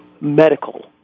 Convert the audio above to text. medical